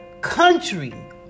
country